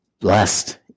Blessed